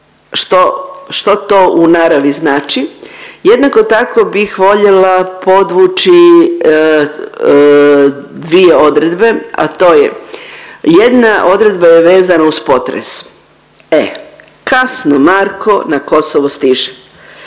što to u naravi znači. Jednako tako bih voljela podvući dvije odredbe, a to je jedna odredba je vezana uz potres. E kasno Marko na Kosovo stiže.